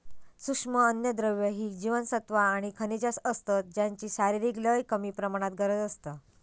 सूक्ष्म अन्नद्रव्य ही जीवनसत्वा आणि खनिजा असतत ज्यांची शरीराक लय कमी प्रमाणात गरज असता